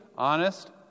Honest